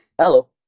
Hello